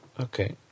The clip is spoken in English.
Okay